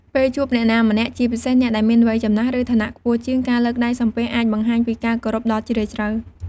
ពេលជួបអ្នកណាម្នាក់ ជាពិសេសអ្នកដែលមានវ័យចំណាស់ ឬឋានៈខ្ពស់ជាង ការលើកដៃសំពះអាចបង្ហាញពីការគោរពដ៏ជ្រាលជ្រៅ។